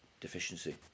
deficiency